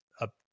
up